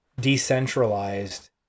decentralized